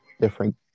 different